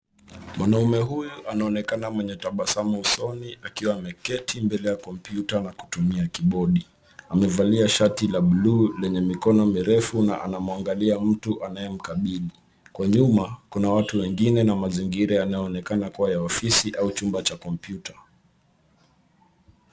Mwanaume huyu anaonekana mwenye tabasamu usoni akiwa ameketi mbele ya kompyuta na kutumia kibodi. Amevalia shati la buluu lenye mikono mirefu na anamwangalia mtu anayemkabidhi. Kwa nyuma, kuna watu wengine na mazingira yanaonekana kuwa ya ofisi au chumba cha kompyuta.